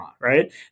Right